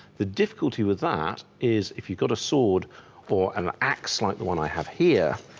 the difficulty with that is if you've got a sword or an axe like the one i have here,